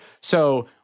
So-